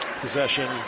Possession